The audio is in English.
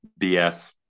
bs